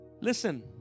Listen